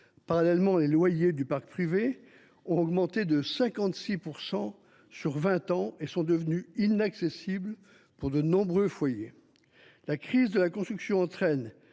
même temps, les loyers du parc privé ont augmenté de 56 % en vingt ans et sont devenus inaccessibles pour de nombreux foyers. La crise de la construction entraîne